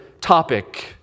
topic